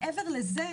מעבר לזה,